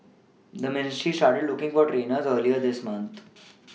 the ministry started looking for trainers earlier this month